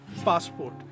passport